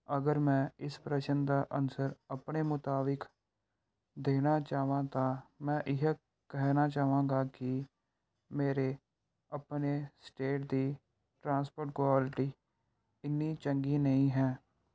ਅਗਰ ਮੈਂ ਇਸ ਪ੍ਰਸ਼ਨ ਦਾ ਅਨਸਰ ਆਪਣੇ ਮੁਤਾਬਕ ਦੇਣਾ ਚਾਹਾਂ ਤਾਂ ਮੈਂ ਇਹ ਕਹਿਣਾ ਚਾਹਾਂਗਾ ਕਿ ਮੇਰੇ ਆਪਣੇ ਸਟੇਟ ਦੀ ਟਰਾਂਸਪੋਰਟ ਕੁਆਲਟੀ ਇੰਨੀ ਚੰਗੀ ਨਹੀਂ ਹੈ